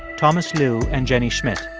thomas lu and jenny schmidt,